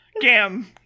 Gam